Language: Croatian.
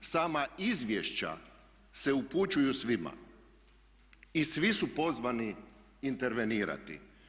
Sama izvješća se upućuju svima i svi su pozvani intervenirati.